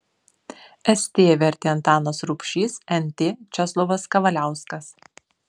st vertė antanas rubšys nt česlovas kavaliauskas